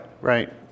Right